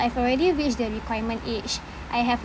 I've already reached the requirement age I have